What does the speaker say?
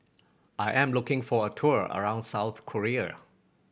I am looking for a tour around South Korea